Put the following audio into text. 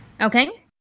Okay